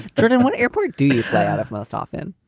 sort of and what airport do you fly out of most often?